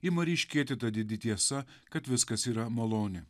ima ryškėti ta didi tiesa kad viskas yra malonė